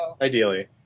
Ideally